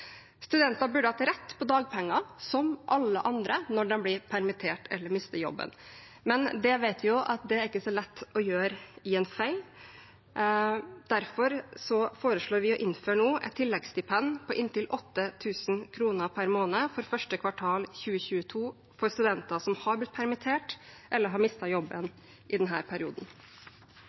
Studenter burde ha rett på dagpenger, som alle andre, når de blir permittert eller mister jobben. Men det vet vi at ikke er så lett å gjøre i en fei. Derfor foreslår vi nå å innføre et tilleggsstipend på inntil 8 000 kr per måned for første kvartal 2022 for studenter som har blitt permittert eller som har mistet jobben i denne perioden.